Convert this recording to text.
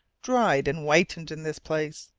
dried and whitened in this place!